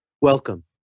welcome